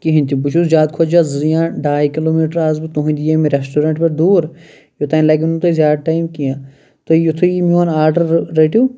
کِہیٖنۍ تہِ بہٕ چھُس زیادٕ کھۄتہٕ زیادٕ زٕ یا ڈاے کِلو میٖٹَر اسہٕ بہٕ تُہُنٛدِ ییٚمہِ ریسٹورینٛٹ پٮ۪ٹھ دوٗر یوتانۍ لَگِوٕ نہٕ تۄہہِ زیادٕ ٹایِم کینٛہہ تُہۍ یُتھُے یہِ میون آرڈَر رٔٹِو